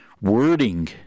wording